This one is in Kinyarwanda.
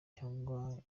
cyangwa